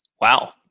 Wow